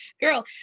Girl